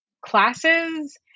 classes